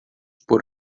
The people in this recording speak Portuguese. por